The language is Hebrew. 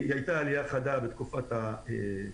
הייתה עלייה חדה בתקופת הסגר,